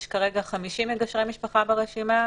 יש כרגע 50 מגשרי משפחה ברשימה,